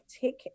take